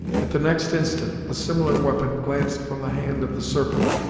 at the next instant, a similar weapon glanced from the hand of the serpent,